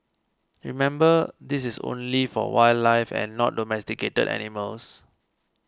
remember this is only for wildlife and not domesticated animals